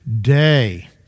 day